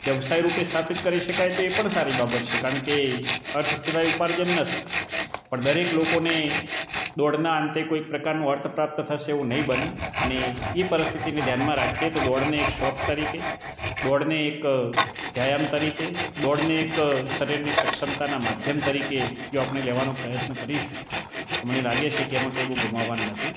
વ્યવસાય રૂપે સ્થાપિત કરી શકાય તે પણ સારી બાબત છે કારણ કે અર્થ સિવાય ઉપાર્જન નથી પણ દરેક લોકોને દોડના અંતે કોઈક પ્રકારનું અર્થ પ્રાપ્ત થશે એવું નહીં બને અને એ પરિસ્થિતિને ધ્યાનમાં રાખીએ તો દોડને એક શોખ તરીકે દોડને એક વ્યાયામ તરીકે દોડને એક શરીરની સક્ષમતાના માધ્યમ તરીકે જો આપણે લેવાનો પ્રયત્ન કરીશું તો મને લાગે છે કે એમાં કંઈ બહુ ગુમાવવાનું નથી